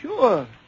Sure